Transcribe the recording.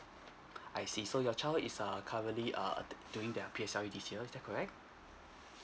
I see so your child is a currently err doing their P_S_L_E this year is that correct